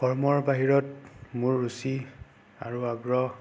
কৰ্মৰ বাহিৰত মোৰ ৰুচি আৰু আগ্ৰহ